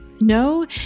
no